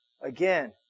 Again